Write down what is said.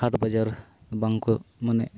ᱦᱟᱴᱵᱟᱡᱟᱨ ᱵᱟᱝᱠᱚ ᱢᱟᱱᱮ